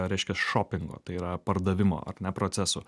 reiškia šopingo tai yra pardavimo ar ne procesų